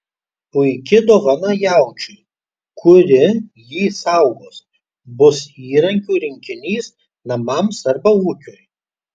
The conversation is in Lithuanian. puiki dovana jaučiui kuri jį saugos bus įrankių rinkinys namams arba ūkiui